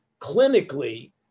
clinically